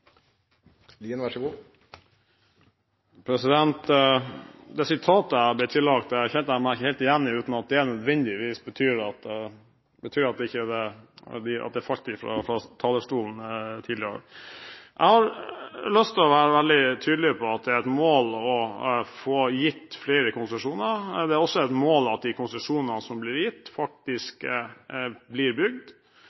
Det sitatet jeg ble tillagt, kjente jeg meg ikke helt igjen i – uten at det nødvendigvis betyr at det ikke falt fra talerstolen tidligere. Jeg har lyst til å være veldig tydelig på at det er et mål å få gitt flere konsesjoner. Det er også et mål at de konsesjonene som blir gitt,